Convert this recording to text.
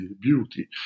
beauty